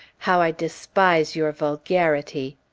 how i despise your vulgarity!